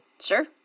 Sure